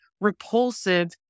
repulsive